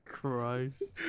Christ